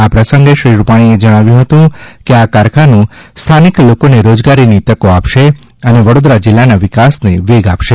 આ પ્રસંગે શ્રી રૂપાણીએ જણાવ્યું હતું કે આ કારખાનું સ્થાનિક લોકોને રોજગારીની તકો આપશે અને વડોદરા જિલ્લાના વિકાસને વેગ આપશે